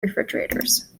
refrigerators